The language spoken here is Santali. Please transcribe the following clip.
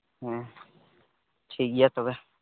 ᱴᱷᱤᱠ ᱜᱮᱭᱟ ᱛᱚᱵᱮ